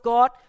God